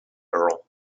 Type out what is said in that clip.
earl